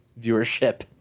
viewership